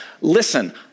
Listen